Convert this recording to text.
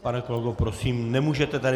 Pane kolego, prosím, nemůžete tady...